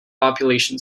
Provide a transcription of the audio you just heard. population